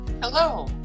Hello